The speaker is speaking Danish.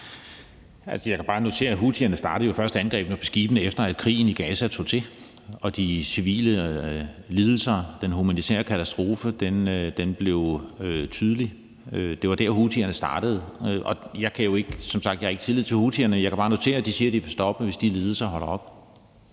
(RV): Jeg kan jo bare notere, at houthierne først startede angrebene på skibene, efter at krigen i Gaza tog til og de civile lidelser og den humanitære katastrofe blev tydelige. Det var der, houthierne startede, og jeg har som sagt ikke tillid til houthierne. Jeg kan bare notere, at de siger, at de vil stoppe, hvis de lidelser holder op.